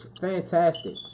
fantastic